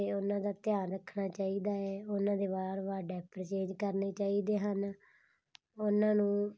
ਅਤੇ ਉਹਨਾਂ ਦਾ ਧਿਆਨ ਰੱਖਣਾ ਚਾਹੀਦਾ ਹੈ ਉਹਨਾਂ ਦੇ ਵਾਰ ਵਾਰ ਡਾਈਪਰ ਚੇਂਜ ਕਰਨੇ ਚਾਹੀਦੇ ਹਨ ਉਹਨਾਂ ਨੂੰ